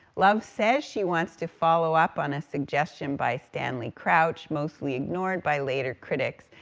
love says she wants to follow up on a suggestion by stanley crouch, mostly ignored by later critics,